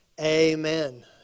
amen